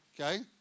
Okay